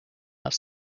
also